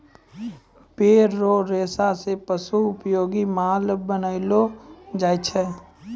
पेड़ रो रेशा से पशु उपयोगी माल बनैलो जाय छै